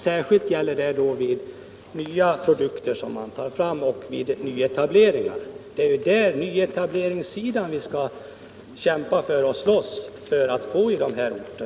Särskilt gäller detta när man tar fram nya produkter och vid nyetableringar. Vi skall ju kämpa för att få nyetablering i dessa orter.